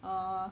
uh